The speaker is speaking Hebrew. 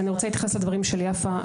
אני רוצה להתייחס לדברים של יפה,